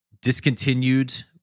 discontinued